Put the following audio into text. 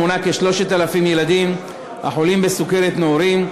המונה כ-3,000 ילדים החולים בסוכרת נעורים,